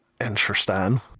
Interesting